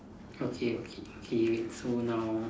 okay okay okay wait so now